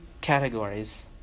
Categories